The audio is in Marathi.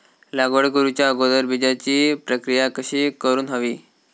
लागवड करूच्या अगोदर बिजाची प्रकिया कशी करून हवी?